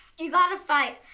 you've gotta fight,